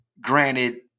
granted